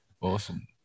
Awesome